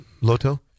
Loto